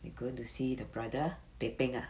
we're going to see the brother teh peng ah